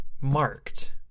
marked